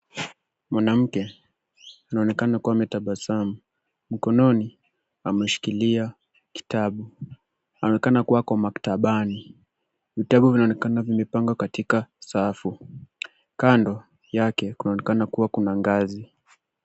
Mwanamke anaonekana kuwa ametabasamu. Mkononi ameshikilia kitabu. Anaonekana kuwa ako maktabani. Vitabu vinaonekana vimepangwa katika safu. Kando yake kunaonekana kuwa kuna ngazi.